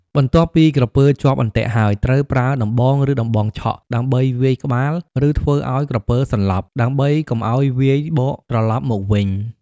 បន្ទាប់ពីក្រពើជាប់អន្ទាក់ហើយ ត្រូវប្រើដំបង ឬដំបងឆក់ដើម្បីវាយក្បាល ឬធ្វើឲ្យក្រពើសន្លប់ ដើម្បីកុំឲ្យវាយបកត្រឡប់មកវិញ។